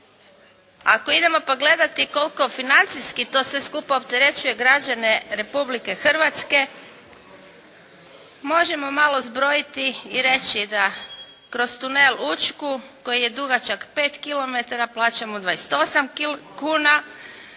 Ako idemo pogledati koliko financijski to sve skupa opterećuje građane Republike Hrvatske možemo malo zbrojiti i reći da kroz tunel Učku koji je dugačak 5 kilometara plaćamo 28 kuna,